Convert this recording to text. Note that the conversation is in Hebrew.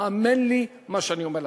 האמן לי, מה שאני אומר לך: